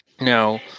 Now